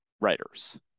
writers